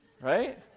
right